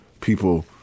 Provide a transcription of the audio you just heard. people